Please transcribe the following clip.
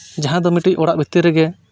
ᱡᱟᱦᱟᱸ ᱫᱚ ᱢᱤᱫᱴᱤᱡ ᱚᱲᱟᱜ ᱵᱷᱤᱛᱤᱨ ᱨᱮᱜᱮ